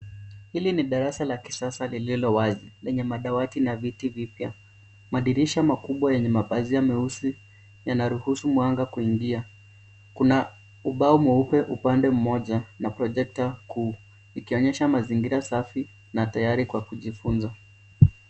Hili ni darasa la kisasa lililo wazi lenye madawati na viti vipya. Madirisha makubwa yenye mapazia meusi yanaruhusu mwanga kuingia. Kuna ubao mweupe upande moja na projector kuu ikionyesha mazingira safi na tayari kwa kujifunza.